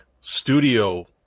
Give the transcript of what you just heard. Studio